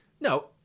No